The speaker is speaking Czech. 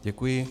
Děkuji.